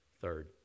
Third